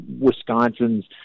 Wisconsin's